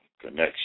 connection